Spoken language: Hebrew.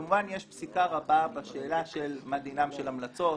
כמובן יש פסיקה רבה בשאלה מה דינן של המלצות,